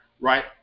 right